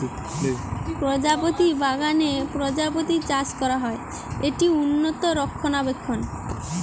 প্রজাপতি বাগানে প্রজাপতি চাষ করা হয়, এটি উন্নত রক্ষণাবেক্ষণ